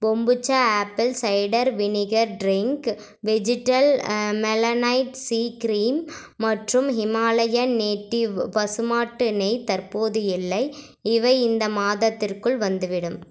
kombucha apple cider vinegar drink vegetal melanite C cream மற்றும் Himalayan native பசுமாட்டு நெய் தற்போது இல்லை இவை இந்த மாதத்திற்குள் வந்துவிடும்